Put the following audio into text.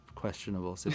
Questionable